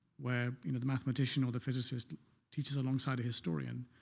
where you know the mathematician or the physicist teaches alongside a historian.